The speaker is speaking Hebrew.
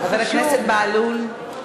חבר הכנסת בהלול,